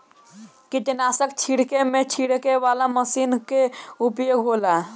कीटनाशक छिड़के में छिड़के वाला मशीन कअ उपयोग होला